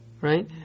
right